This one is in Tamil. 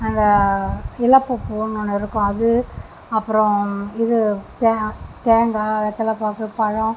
அதை இலப்பு பூனு ஒன்று இருக்கும் அது அப்புறம் இது தே தேங்காய் வெத்தலை பாக்கு பழம்